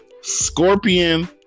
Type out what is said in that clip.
Scorpion